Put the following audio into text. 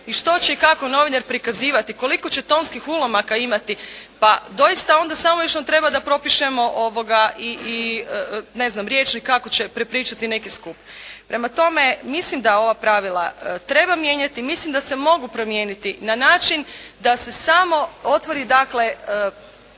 i što će i kako novinar prikazivati, koliko će tonskih ulomaka imati. Pa doista onda samo još nam treba da propišemo i ne znam rječnik kako će prepričati neki skup. Prema tome, mislim da ova pravila treba mijenjati, mislim da se mogu promijeniti na način da se samo otvori dakle,